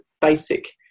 basic